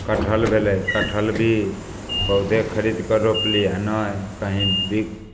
कटहल भेलै कटहल भी पौधे खरिदकऽ रोपली आओर नहि कहीँ बिक